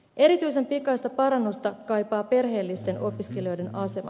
erityisen pikaista parannusta kaipaa perheellisten opiskelijoiden asema